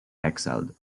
exiled